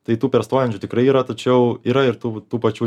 tai tų perstojančių tikrai yra tačiau yra ir tų tų pačių